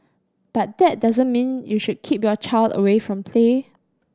but that doesn't mean you should keep your child away from play